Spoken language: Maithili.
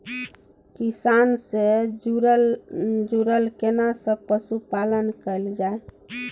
किसान से जुरल केना सब पशुपालन कैल जाय?